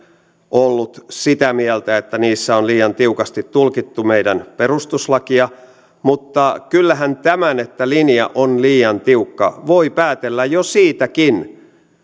ollut sitä mieltä että niissä on liian tiukasti tulkittu meidän perustuslakia mutta kyllähän tämän että linja on liian tiukka voi päätellä jo siitäkin